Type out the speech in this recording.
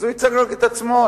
אז הוא ייצג רק את עצמו.